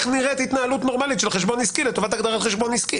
נראית התנהלות נורמלית של חשבון עסקי לטובת הגדרת חשבון עסקי,